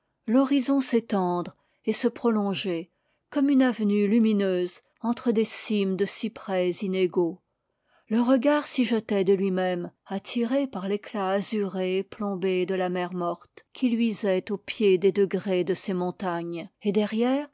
l'horizon s'étendre et se prolonger comme une avenue lumineuse entre des cimes de cyprès inégaux le regard s'y jetait de lui-même attiré par l'éclat azuré et plombé de la mer morte qui luisait au pied des degrés de ces montagnes et derrière